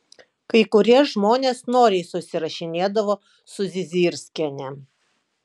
kai kurie žmonės noriai susirašinėdavo su zizirskiene